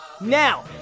Now